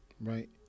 right